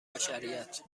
بشریت